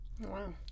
Wow